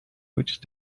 which